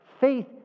Faith